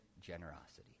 generosity